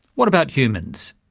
what about humans?